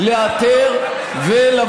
אפשר לחתוך אותו לחלקים כמו הסעודים.